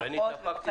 הגון.